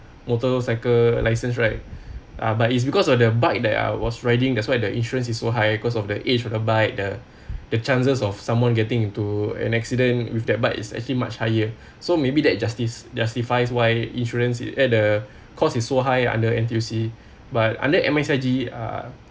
motorcycle license right uh but it's because of the bike that I was riding that's why the insurance is so high because of the age motorbike the the chances of someone getting into an accident with that bike it's actually much higher so maybe that justice justify why insurance it add the cost is so high under N_T_U_C but under M_S_I_G uh